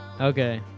okay